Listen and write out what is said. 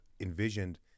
envisioned